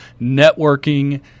networking